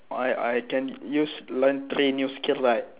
why I can use learn three new skill right